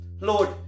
Lord